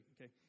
okay